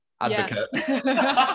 Advocate